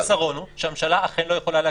החיסרון הוא שהממשלה אכן לא יכולה להגביל,